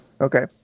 Okay